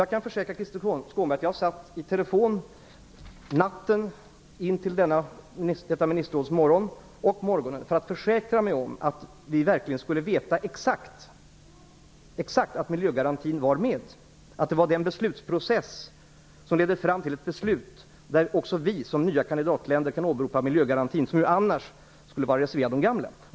Jag kan försäkra Krister Skånberg att jag satt i telefon hela natten intill detta ministerråds morgon och hela morgonen för att försäkra mig om att vi verkligen skulle veta exakt att miljögarantin var med, att det var den beslutsprocess som ledde fram till ett beslut där också vi, som kandidatland, kan åberopa miljögarantin. Annars skulle den ju vara reserverad för de gamla medlemsländerna.